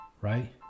Right